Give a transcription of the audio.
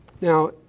Now